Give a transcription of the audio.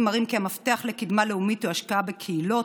מראים כי המפתח לקדמה לאומית הוא השקעה בקהילות,